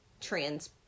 trans